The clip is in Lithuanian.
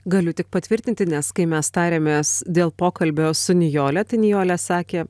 galiu tik patvirtinti nes kai mes tarėmės dėl pokalbio su nijole tai nijolė sakė